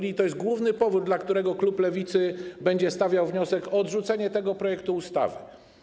I to jest główny powód, dla którego klub Lewicy będzie stawiał wniosek o odrzucenie tego projektu ustawy.